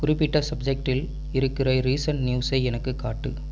குறிப்பிட்ட சப்ஜெக்ட்டில் இருக்கிற ரீசண்ட் நியூஸை எனக்கு காட்டு